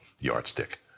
yardstick